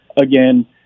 again